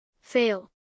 Fail